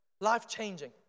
life-changing